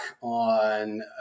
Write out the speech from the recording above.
on